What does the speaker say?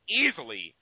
easily